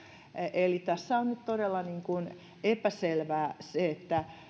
eli tässä on todella nyt epäselvää se